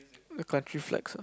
the country flags ah